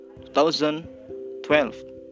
2012